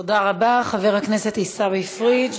תודה רבה, חבר הכנסת עיסאווי פריג'.